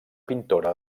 pintora